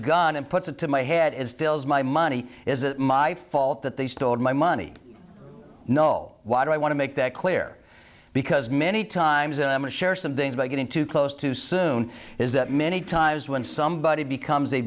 gun and puts it to my head is still is my money is it my fault that they stole my money no why do i want to make that clear because many times i'm going to share some things by getting too close too soon is that many times when somebody becomes a